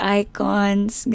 icons